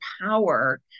power